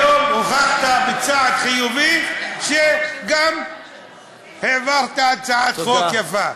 היום הוכחת, בצעד חיובי, שגם העברת הצעת חוק יפה.